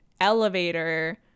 elevator